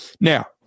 Now